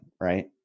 Right